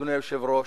אדוני היושב-ראש,